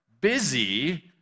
busy